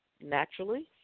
naturally